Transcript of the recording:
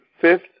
fifth